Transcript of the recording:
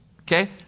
Okay